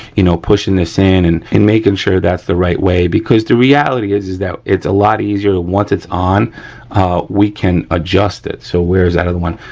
you know, pushing this in and making sure that's the right way because the reality is is that it's a lot easier once its on we can adjust it so, where is that other one?